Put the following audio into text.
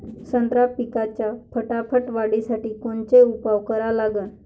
संत्रा पिकाच्या फटाफट वाढीसाठी कोनचे उपाव करा लागन?